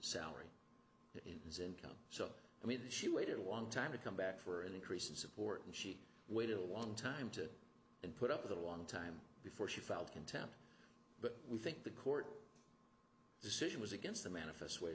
salary in his income so i mean she waited a long time to come back for an increase in support and she waited a long time to put up with a long time before she felt contempt but we think the court decision was against the manifest way